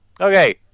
Okay